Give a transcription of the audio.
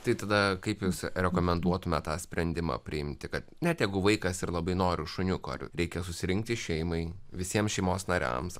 tai tada kaip jūs rekomenduotumėte tą sprendimą priimti kad ne tegu vaikas ir labai noriu šuniuko ar reikia susirinkti šeimai visiems šeimos nariams